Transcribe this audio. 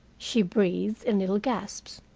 she breathed in little gasps.